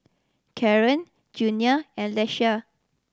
Caron Junia and Ieshia